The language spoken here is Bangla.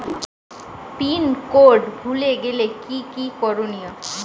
পিন কোড ভুলে গেলে কি কি করনিয়?